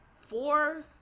four